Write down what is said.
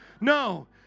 No